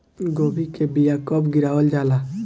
गोभी के बीया कब गिरावल जाला?